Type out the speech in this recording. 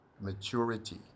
Maturity